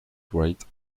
wright